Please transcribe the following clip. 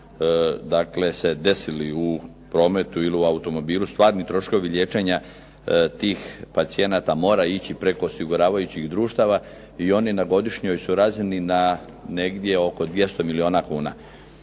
dakle se desili u prometu ili u automobilu stvarni troškovi liječenja tih pacijenata moraju ići preko osiguravajućih društava i oni na godišnjoj su razini na negdje oko 200 milijuna kuna.